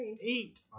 Eight